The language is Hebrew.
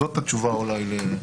זאת התשובה אולי.